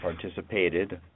participated –